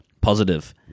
positive